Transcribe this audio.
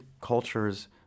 cultures